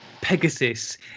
Pegasus